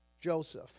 Joseph